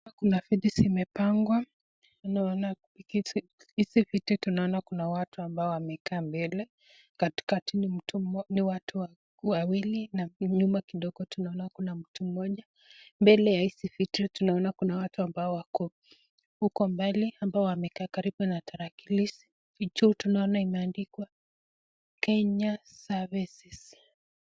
Hapa kuna viti zimepangwa, naona hizi viti tunaona kuna watu wamekaa mbele, katikati watu wawili na nyuma kidogo tunaona kuna mtu mmoja mbele ya hizi vitu tunaona kuna watu ambao wako huko mbele ambao wamekaa karibu na tarakilishi hicho tunaona imeandikwa Kenya services .